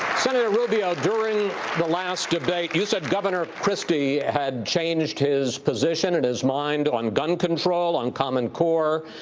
senator rubio, during the last debate, you said governor christie had changed his position and his mind on gun control, on common core,